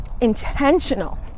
intentional